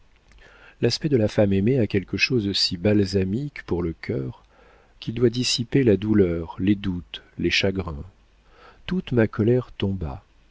l'aspect de la femme aimée a quelque chose de si balsamique pour le cœur qu'il doit dissiper la douleur les doutes les chagrins toute ma colère tomba